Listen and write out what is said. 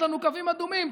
יש לנו קווים אדומים.